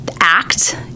act